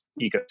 ecosystem